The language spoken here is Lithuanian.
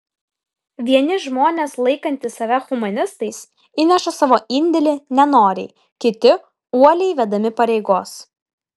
vieni žmonės laikantys save humanistais įneša savo indėlį nenoriai kiti uoliai vedami pareigos